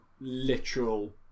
literal